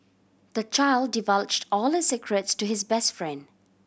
the child divulged all his secrets to his best friend